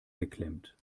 geklemmt